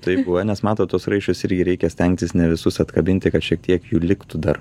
taip buvę nes matot tuos raiščius irgi reikia stengtis ne visus atkabinti kad šiek tiek jų liktų dar